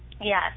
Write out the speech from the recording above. yes